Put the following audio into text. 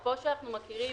כמו שאנחנו מכירים